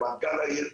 מנכ"ל העיר,